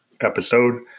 episode